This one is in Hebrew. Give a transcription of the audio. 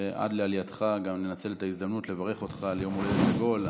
ועד לעלייתך גם ננצל את ההזדמנות לברך אותך על יום הולדת עגול,